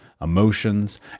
emotions